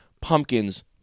pumpkins